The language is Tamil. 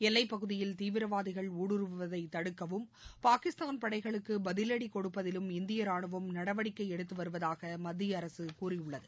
எல்லைப் பகுதியில் தீவிரவாதிகள் ஊடுருவதைத் தடுக்கவும் பாகிஸ்தான் படைகளுக்கு பதிவடி கொடுப்பதிலும் இந்திய ராணுவம் நடவடிக்கை எடுத்து வருவதாக மத்திய அரசு கூறியுள்ளது